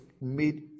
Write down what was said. made